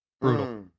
Brutal